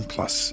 Plus